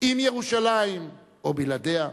עם ירושלים או בלעדיה?